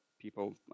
people